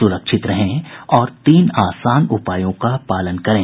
सुरक्षित रहें और इन तीन आसान उपायों का पालन करें